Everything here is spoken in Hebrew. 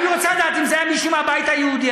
אני רוצה לדעת: אם זה היה מישהו מהבית היהודי,